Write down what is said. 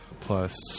plus